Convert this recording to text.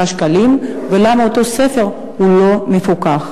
שקלים, ולמה המחיר של אותו ספר לא מפוקח?